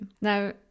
Now